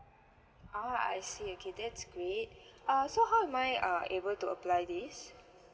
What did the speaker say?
oh I see okay that's great uh so how am I uh able to apply this